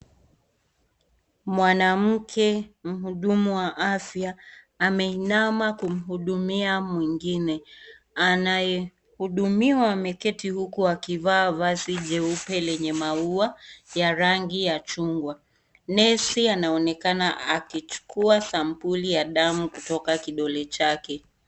Mwanamke mhudumu wa afya ameinama kumhudumia mwingine. Anayehudumiwa ameketi huku akivaa vazi jeupe lenye maua ya rangi ya Chungwa. Nesi anaonekana akichukua Sampuli ya damu kutoka kidole chake.